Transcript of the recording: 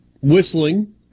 whistling